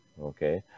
Okay